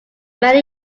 many